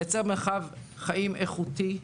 לייצר מרחב חיים איכותי,